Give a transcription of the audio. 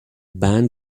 band